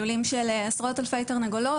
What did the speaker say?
לולים של עשרות אלפי תרנגולות,